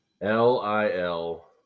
L-I-L